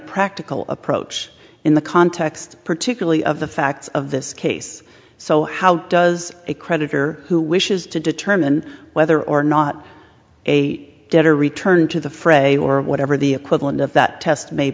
practical approach in the context particularly of the facts of this case so how does a creditor who wishes to determine whether or not a debtor return to the fray or whatever the equivalent of that test may